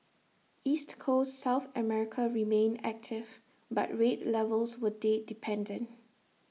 East Coast south America remained active but rate levels were date dependent